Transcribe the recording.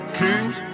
kings